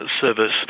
service